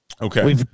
Okay